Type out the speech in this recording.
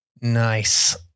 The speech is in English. Nice